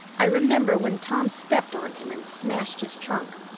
i remember when tom stepped on him and smashed his trunk.